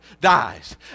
dies